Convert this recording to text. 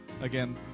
Again